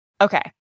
Okay